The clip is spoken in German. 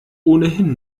ohnehin